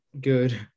good